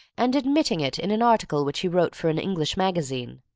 and admitting it in an article which he wrote for an english magazine.